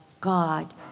God